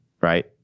right